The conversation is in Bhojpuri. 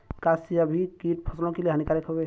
का सभी कीट फसलों के लिए हानिकारक हवें?